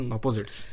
Opposites